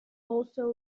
also